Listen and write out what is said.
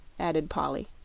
added polly.